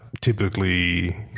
typically